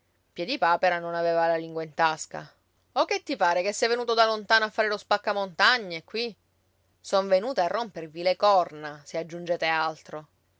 vedere piedipapera non aveva la lingua in tasca o che ti pare che sei venuto da lontano a fare lo spaccamontagne qui son venuto a rompervi le corna se aggiungete altro